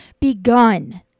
begun